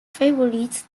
favorite